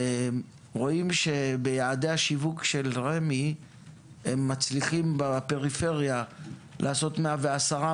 ורואים שביעדי השיווק של רמ"י הם מצליחים בפריפריה לעשות 110%,